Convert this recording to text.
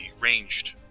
ranged